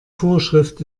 vorschrift